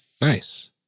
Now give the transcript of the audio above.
Nice